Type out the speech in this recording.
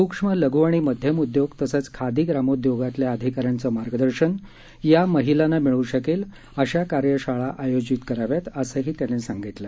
सूक्ष्म लघ् आणि मध्यम उद्योग तसंच खादी ग्रामोद्योगातल्या अधिकाऱ्यांचं मार्गदर्शन या महिलांना मिळू शकेल अशा कार्यशाळा आयोजित कराव्यात असं त्यांनी सांगितलं